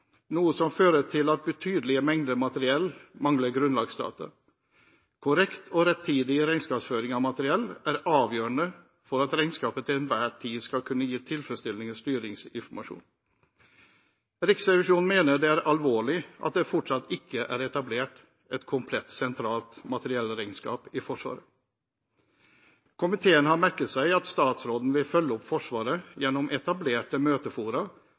noe som fører til at betydelige mengder materiell mangler grunnlagsdata. Korrekt og rettidig regnskapsføring av materiell er avgjørende for at regnskapet til enhver tid skal kunne gi tilfredsstillende styringsinformasjon. Riksrevisjonen mener det er alvorlig at det fortsatt ikke er etablert et komplett sentralt materiellregnskap i Forsvaret. Komiteen har merket seg at statsråden vil følge opp Forsvaret gjennom etablerte møtefora